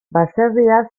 baserria